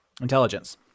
intelligence